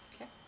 Okay